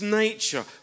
nature